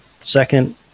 second